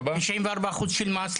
94% של מה?